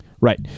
Right